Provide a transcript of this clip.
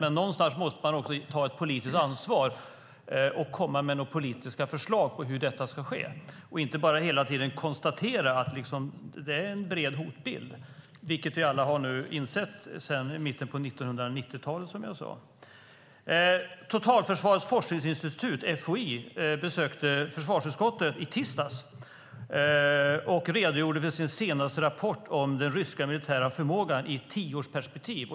Men någonstans måste man ta ett politiskt ansvar och komma med några politiska förslag på hur detta ska ske och inte bara hela tiden konstatera att det är en bred hotbild, vilket vi alla har insett sedan mitten av 1990-talet, som jag sade. Totalförsvarets forskningsinstitut, FOI, besökte försvarsutskottet i tisdags och redogjorde för sin senaste rapport om den ryska militära förmågan i ett tioårsperspektiv.